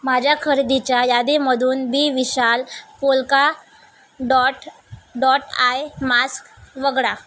माझ्या खरेदीच्या यादीमधून B Vishal polka dot dot eye mask वगळा